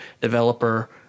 developer